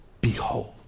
behold